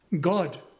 God